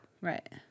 Right